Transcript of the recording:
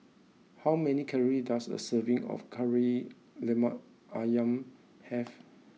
how many calory does a serving of Kari Lemak Ayam have